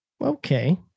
okay